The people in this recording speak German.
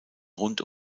rund